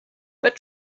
but